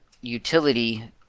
utility